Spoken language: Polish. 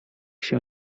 się